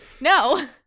No